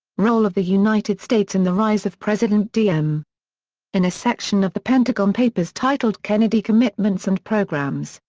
role of the united states in the rise of president diem in a section of the pentagon papers titled kennedy commitments and programs,